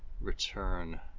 return